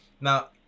now